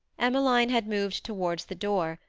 emmeline had moved towards the door,